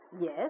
Yes